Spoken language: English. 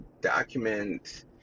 document